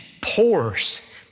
pours